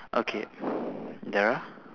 okay there are